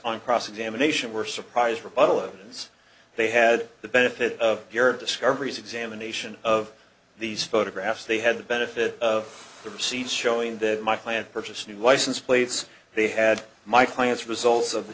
on cross examination were surprised rebuttal evidence they had the benefit of your discoveries examination of these photographs they had the benefit of the proceeds showing that my client purchase new license plates they had my client's results of th